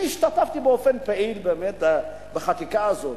אני השתתפתי באופן פעיל בחקיקה הזאת.